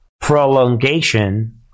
prolongation